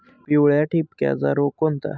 पिवळ्या ठिपक्याचा रोग कोणता?